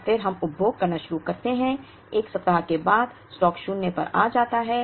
और फिर हम उपभोग करना शुरू करते हैं एक सप्ताह के बाद स्टॉक शून्य पर आ जाएगा